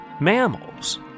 mammals